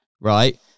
right